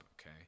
okay